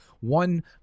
one